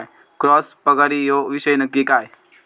Cross परागी ह्यो विषय नक्की काय?